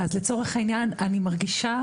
לצורך העניין, אני מרגישה